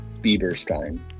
Bieberstein